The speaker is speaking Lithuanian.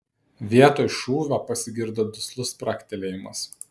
vietoj šūvio pasigirdo duslus spragtelėjimas